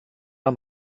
amb